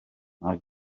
mae